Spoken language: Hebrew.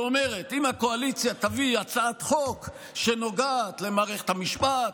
שאומרת: אם הקואליציה תביא הצעת חוק שנוגעת למערכת המשפט,